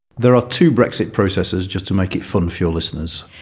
there are two brexit processes, just to make it fun for your listeners.